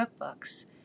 cookbooks